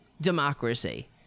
democracy